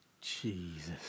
Jesus